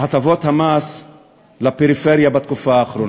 הטבות המס לפריפריה בתקופה האחרונה.